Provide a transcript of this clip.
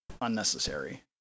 unnecessary